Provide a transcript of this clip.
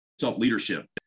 self-leadership